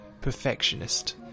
perfectionist